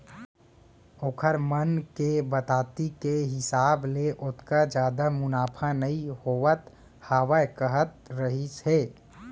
ओखर मन के बताती के हिसाब ले ओतका जादा मुनाफा नइ होवत हावय कहत रहिस हे